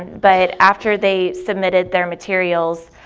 but after they submitted their materials,